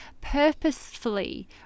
Purposefully